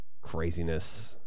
craziness